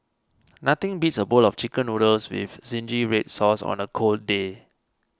nothing beats a bowl of Chicken Noodles with Zingy Red Sauce on a cold day